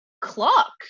clock